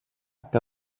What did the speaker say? que